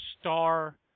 star